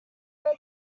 not